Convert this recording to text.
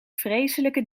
vreselijke